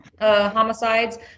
homicides